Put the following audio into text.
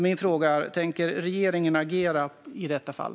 Min fråga är: Tänker regeringen agera i detta fall?